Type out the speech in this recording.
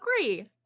Agree